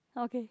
okay